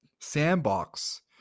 sandbox